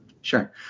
Sure